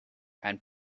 and